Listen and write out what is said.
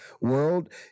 world